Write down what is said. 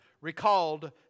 recalled